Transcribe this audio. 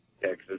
Texas